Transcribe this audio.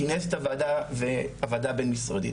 כינס את הוועדה ואת הועדה בין-משרדית.